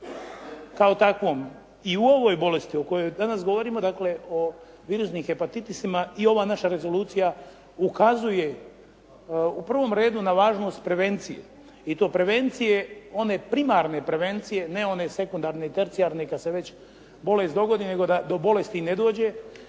kao takvom. I u ovoj bolesti o kojoj danas govorimo, o virusnim hepatitisima i ova naša rezolucija ukazuje u prvom redu na važnost prevencije i to prevencije, one primarne prevencije, ne one sekundarne i tercijarne kad se već bolest dogodi nego da do bolesti ne dođe.